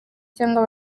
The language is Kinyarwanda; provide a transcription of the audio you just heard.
cyangwa